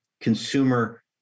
consumer